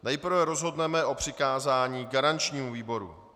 Nejprve rozhodneme o přikázání garančnímu výboru.